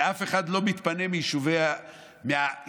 ואף אחד לא מתפנה מיישובי ההשתלטות.